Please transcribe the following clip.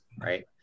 right